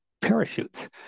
parachutes